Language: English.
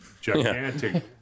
gigantic